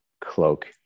cloak